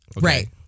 Right